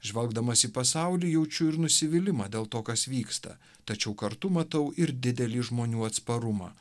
žvelgdamas į pasaulį jaučiu ir nusivylimą dėl to kas vyksta tačiau kartu matau ir didelį žmonių atsparumą